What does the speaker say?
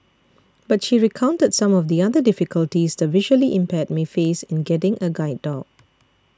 but she recounted some of the other difficulties the visually impaired may face in getting a guide dog